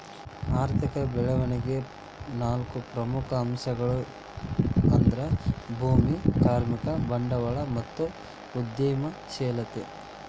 ಆರ್ಥಿಕ ಬೆಳವಣಿಗೆಯ ನಾಲ್ಕು ಪ್ರಮುಖ ಅಂಶಗಳ್ಯಾವು ಅಂದ್ರ ಭೂಮಿ, ಕಾರ್ಮಿಕ, ಬಂಡವಾಳ ಮತ್ತು ಉದ್ಯಮಶೇಲತೆ